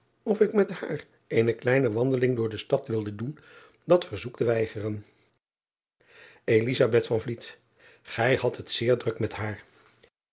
of ik met haar eene kleine wandeling door de stad wilde doen dat verzoek te weigeren ij hadt het zeer druk met haar